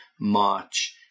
march